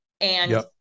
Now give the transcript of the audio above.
And-